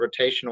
rotational